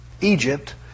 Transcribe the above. Egypt